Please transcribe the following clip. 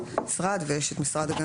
יהיה משרד החקלאות.